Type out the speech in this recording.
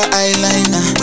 eyeliner